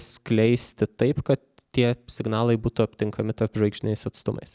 skleisti taip kad tie signalai būtų aptinkami tarpžvaigždiniais atstumais